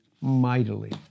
mightily